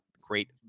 great